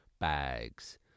bags